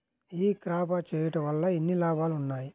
ఈ క్రాప చేయుట వల్ల ఎన్ని లాభాలు ఉన్నాయి?